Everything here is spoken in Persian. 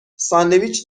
ساندویچ